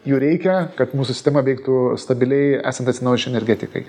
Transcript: jų reikia kad mūsų sistema veiktų stabiliai esant atsinaujinančiai energetikai